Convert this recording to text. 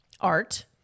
art